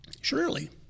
surely